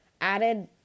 added